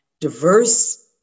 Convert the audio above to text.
diverse